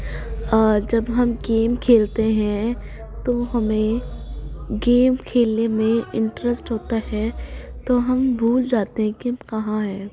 ہاں جب ہم گیم کھیلتے ہیں تو ہمیں گیم کھیلنے میں انٹرسٹ ہوتا ہے تو ہم بھول جاتے ہیں کہ ہم کہاں ہیں